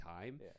time